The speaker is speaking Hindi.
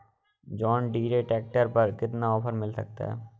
जॉन डीरे ट्रैक्टर पर कितना ऑफर मिल सकता है?